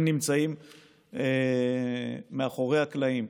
הם נמצאים מאחורי הקלעים,